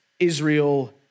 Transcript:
Israel